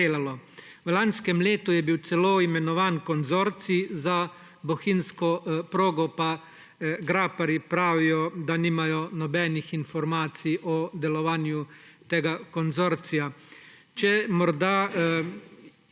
V lanskem letu je bil celo imenovan konzorcij za bohinjsko progo. Graparji pravijo, da nimajo nobenih informacij o delovanju tega konzorcija. Če morda